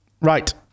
Right